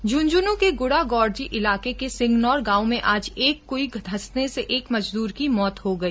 झुंझुनू के गुढागौडजी इलाके के सिंगनौर गांव में आज एक कुई धंसने से एक मजदूर की मौत हो गई